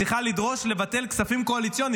צריכה לדרוש לבטל כספים קואליציוניים,